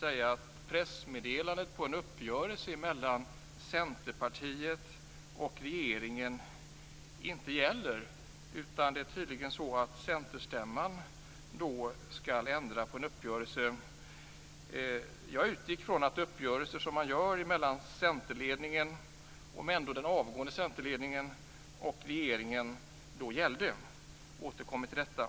säga att pressmeddelandet om en uppgörelse mellan Centerpartiet och regeringen inte gäller. Centerstämman skall tydligen ändra på denna uppgörelse. Jag utgick från att en uppgörelse mellan den i och för sig avgående centerledningen och regeringen gällde. Jag återkommer till detta.